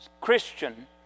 Christian